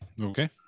okay